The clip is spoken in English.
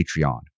Patreon